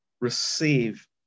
receive